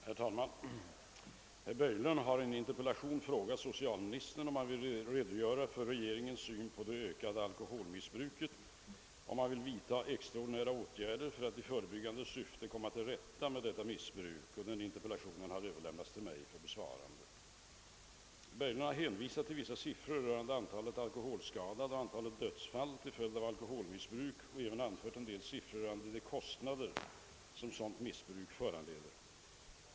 Herr talman! Herr Berglund har i en interpellation frågat socialministern, om han vill redogöra för regeringens syn på det ökande alkoholmissbruket och om den vill vidta extra ordinära åtgärder för att i förebyggande syfte komma till rätta med detta missbruk. Interpellationen har överlämnats till mig för besvarande. Herr Berglund har hänvisat till vissa siffror rörande antalet alkoholskadade och antalet dödsfall till följd av alkoholmissbruk och även anfört en del siffror rörande de kostnader som sådant missbruk förorsakar.